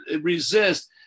resist